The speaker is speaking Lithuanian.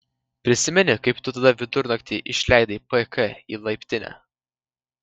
prisimeni kaip tu tada vidurnaktį išleidai pk į laiptinę